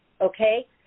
okay